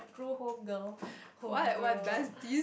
true home girl home girl